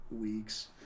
weeks